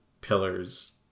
pillars